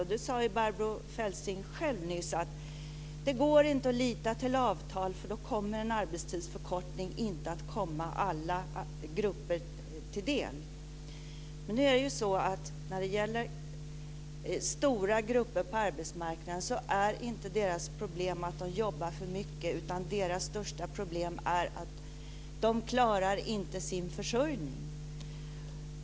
Och Barbro Feltzing sade själv nyss att det inte går att lita till avtal, eftersom en arbetstidsförkortning då inte kommer att komma alla grupper till del. Men när det gäller stora grupper på arbetsmarknaden så är inte deras problem att de jobbar för mycket, utan deras största problem är att de inte klarar sin försörjning.